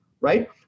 right